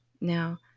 Now